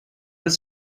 does